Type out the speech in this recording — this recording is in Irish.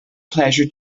pléisiúr